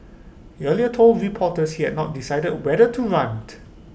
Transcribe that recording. he earlier told reporters he had not decided whether to runt